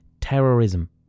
terrorism